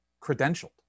credentialed